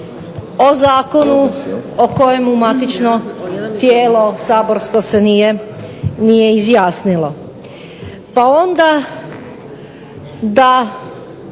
o zakonu o kojemu matično tijelo saborsko se nije izjasnilo. Pa onda da